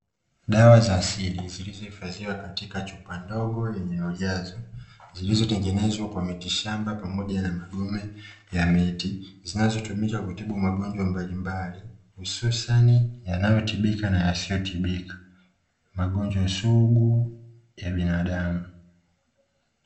Dawa za asili zilizohifadhiwa katika chupa ndogo yenye ujazo zilizotengenezwa kwa miti shamba pamoja na magome ya miti, zinazotumika kutibu magonjwa mbalimbali hususani yanayotibika na yasiyotibika, magonjwa sugu ya binadamu.